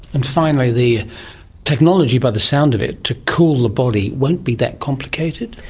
and finally, the technology, by the sound of it, to cool the body, won't be that complicated?